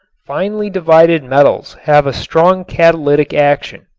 finely divided metals have a strong catalytic action.